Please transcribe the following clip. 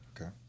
Okay